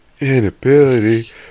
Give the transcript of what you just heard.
inability